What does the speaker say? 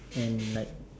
and like